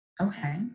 Okay